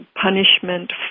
Punishment